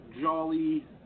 jolly